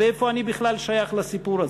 ואיפה אני בכלל שייך לסיפור הזה?